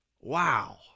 Wow